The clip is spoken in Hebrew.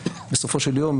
בסופו של יום,